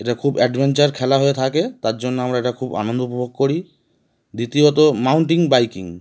এটা খুব অ্যাডভেঞ্চার খেলা হয়ে থাকে তার জন্য আমরা এটা খুব আনন্দ উপভোগ করি দ্বিতীয়ত মাউন্টটেন বাইকিং